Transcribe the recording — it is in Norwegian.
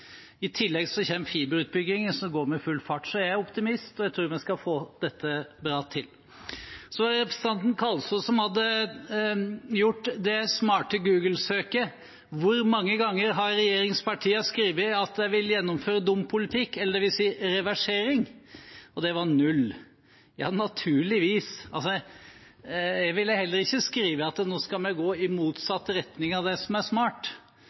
optimist, og jeg tror vi skal få dette bra til. Så til representanten Kalsås som hadde gjort det smarte Google-søket: Hvor mange ganger har regjeringspartiene skrevet at de vil gjennomføre dum politikk – dvs. reversering? Det var null. Ja, naturligvis, jeg ville heller ikke skrevet at nå skal vi gå i motsatt retning av det som er smart.